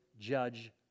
judge